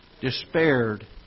Despaired